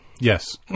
Yes